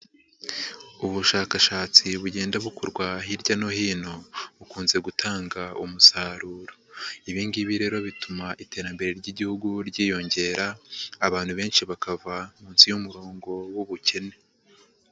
Ubushakashatsi bugenda bukorwa hirya no hino bukunze gutanga umusaruro, ibi ngibi rero bituma iterambere ry'igihugu ryiyongera abantu benshi bakava munsi y'umurongo w'ubukene.